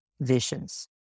visions